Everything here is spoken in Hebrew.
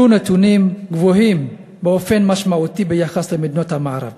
אלו נתונים גבוהים באופן משמעותי ביחס למדינות המערב.